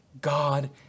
God